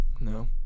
no